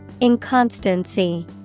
Inconstancy